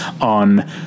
on